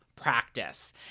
practice